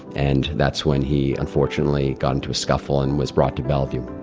and that's when he, unfortunately, got into a scuffle and was brought to bellevue.